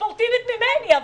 ספורטיבית ממני,